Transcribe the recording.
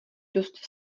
dost